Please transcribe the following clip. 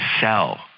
sell